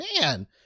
man